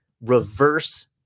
reverse